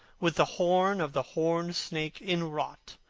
with the horn of the horned snake inwrought,